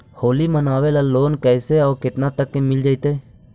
होली मनाबे ल लोन कैसे औ केतना तक के मिल जैतै?